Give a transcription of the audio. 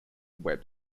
web